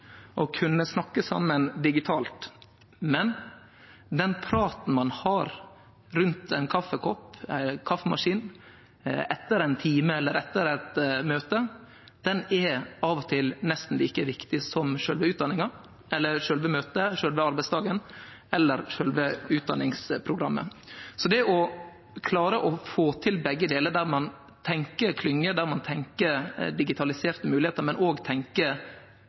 å kunne snakke saman digitalt, men den praten ein har rundt ei kaffimaskin etter ein time eller etter eit møte, er av til nesten like viktig som sjølve utdanninga, sjølve møtet, sjølve arbeidsdagen eller sjølve utdanningsprogrammet. Det å klare å få til begge deler, der ein tenkjer klynge, der ein tenkjer digitaliserte moglegheiter, men